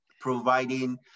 providing